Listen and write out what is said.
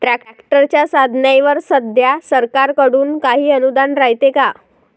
ट्रॅक्टरच्या साधनाईवर सध्या सरकार कडून काही अनुदान रायते का?